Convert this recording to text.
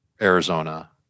Arizona